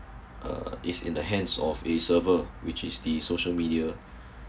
uh is in the hands of a server which is the social media